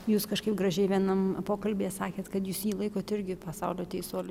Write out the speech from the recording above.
jūs kažkaip gražiai vienam pokalbyje sakėt kad jūs jį laikot irgi pasaulio teisuoliu